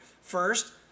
First